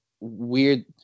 weird